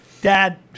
Dad